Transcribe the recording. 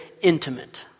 intimate